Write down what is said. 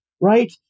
right